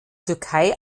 türkei